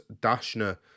Dashner